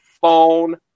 phone